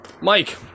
Mike